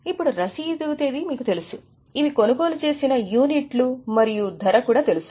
ఇప్పుడు రశీదు తేదీ మీకు తెలుసు ఇవి కొనుగోలు చేసిన యూనిట్లు మరియు ధర కూడా తెలుసు